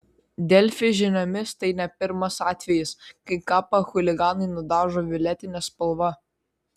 delfi žiniomis tai ne pirmas atvejis kai kapą chuliganai nudažo violetine spalva